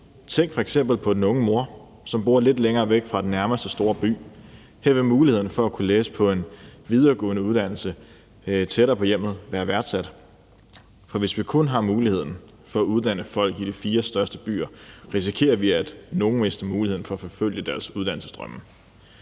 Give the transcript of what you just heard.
Tænk f.eks. på den unge mor, som bor lidt længere væk fra den nærmeste store by. Her vil mulighederne for at kunne læse på en videregående uddannelse tættere på hjemmet være værdsat, for hvis vi kun har muligheden for at uddanne folk i de fire største byer, risikerer vi, at nogle mister muligheden for at forfølge deres uddannelsesdrømme.